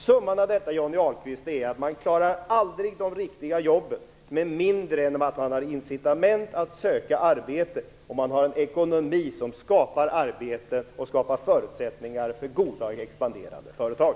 Summan av detta är att man aldrig klarar de riktiga jobben med mindre än att människor har incitament att söka arbete och att man har en ekonomi som skapar arbete och förutsättningar för goda, expanderande företag.